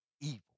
evil